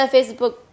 Facebook